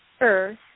earth